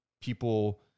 people